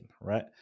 right